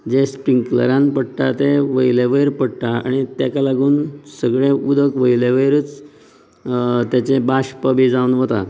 जे स्प्रिंकलरान पडटा ते वयले वयर पडटा आनी तेका लागून सगळें उदक वयल्या वयरच तेचे बाश्प बीन जावन वता